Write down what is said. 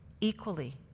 equally